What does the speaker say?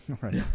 Right